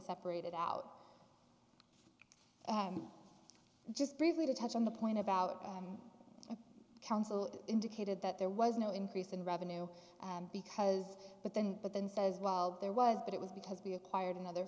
separated out and just briefly to touch on the point about council indicated that there was no increase in revenue because but then but then says well there was but it was because b acquired another